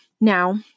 Now